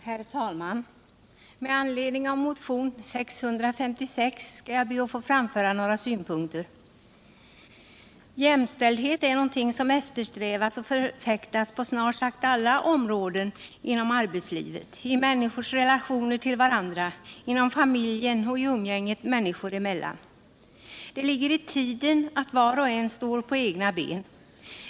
Herr talman! Med anledning av motionen 656 skall jag be att få anföra några synpunkter. Jämställdhet är något som eftersträvas och förfäktas på snart sagt alla områden inom arbetslivet, i människors relationer till varandra, inom familjen och i umgänget människor emellan. Det ligger i tiden att var och en står på egna ben.